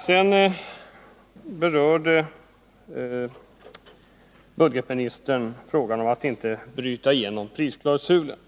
Sedan berörde budgetministern frågan om att inte bryta igenom prisklausulen.